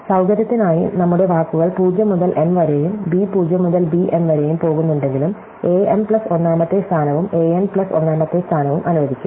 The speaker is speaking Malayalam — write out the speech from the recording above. സൌകര്യത്തിനായി നമ്മുടെ വാക്കുകൾ 0 മുതൽ m വരെയും b 0 മുതൽ b m വരെയും പോകുന്നുണ്ടെങ്കിലും a m പ്ലസ് ഒന്നാമത്തെ സ്ഥാനവും a n പ്ലസ് ഒന്നാമത്തെ സ്ഥാനവും അനുവദിക്കും